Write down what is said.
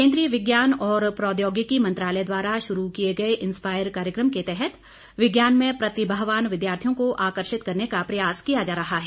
केन्द्रीय विज्ञान और प्रौद्योगिकी मंत्रालय द्वारा शुरू किए गए इंस्पायर कार्यक्रम के तहत विज्ञान में प्रतिभावान विद्याथियों को आकर्षित करने का प्रयास किया जा रहा है